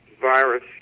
virus